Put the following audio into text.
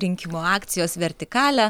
rinkimų akcijos vertikalę